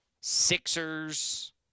Sixers